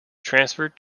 transferred